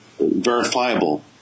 verifiable